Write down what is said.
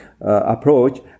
approach